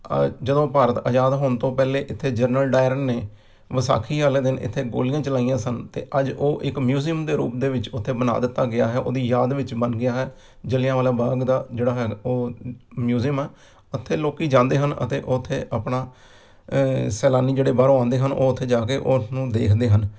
ਜਦੋਂ ਭਾਰਤ ਆਜ਼ਾਦ ਹੋਣ ਤੋਂ ਪਹਿਲੇ ਇੱਥੇ ਜਨਰਲ ਡਾਇਰ ਨੇ ਵਿਸਾਖੀ ਵਾਲੇ ਦਿਨ ਇੱਥੇ ਗੋਲੀਆਂ ਚਲਾਈਆਂ ਸਨ ਅਤੇ ਅੱਜ ਉਹ ਇੱਕ ਮਿਊਜ਼ੀਅਮ ਦੇ ਰੂਪ ਦੇ ਵਿੱਚ ਉੱਥੇ ਬਣਾ ਦਿੱਤਾ ਗਿਆ ਹੈ ਉਹਦੀ ਯਾਦ ਵਿੱਚ ਬਣ ਗਿਆ ਹੈ ਜਲਿਆਂਵਾਲਾ ਬਾਗ ਦਾ ਜਿਹੜਾ ਹੈ ਉਹ ਮਿਊਜ਼ਅਮ ਹੈ ਉੱਥੇ ਲੋਕ ਜਾਂਦੇ ਹਨ ਅਤੇ ਉੱਥੇ ਆਪਣਾ ਸੈਲਾਨੀ ਜਿਹੜੇ ਬਾਹਰੋਂ ਆਉਂਦੇ ਹਨ ਉਹ ਉੱਥੇ ਜਾ ਕੇ ਉਸਨੂੰ ਦੇਖਦੇ ਹਨ